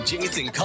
Jason